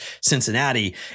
Cincinnati